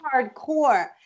hardcore